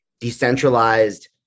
decentralized